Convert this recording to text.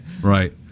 Right